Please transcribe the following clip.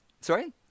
Sorry